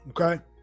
okay